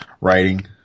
writing